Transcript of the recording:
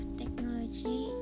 technology